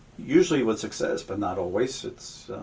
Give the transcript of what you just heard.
usually with success, but not always since